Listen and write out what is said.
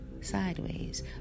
sideways